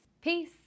peace